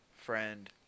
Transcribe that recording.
friend